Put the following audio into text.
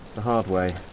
the hard way.